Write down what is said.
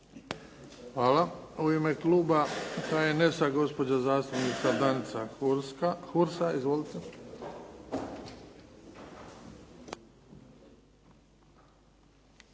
Hvala. U ime kluba HNS-a gospođa zastupnica Danica Hursa. Izvolite. **Hursa,